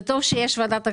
טוב שיש ועדת הכספים.